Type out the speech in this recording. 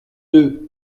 deux